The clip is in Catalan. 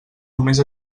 només